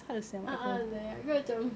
ah ah aku macam